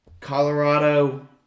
Colorado